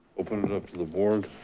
open it up to the board.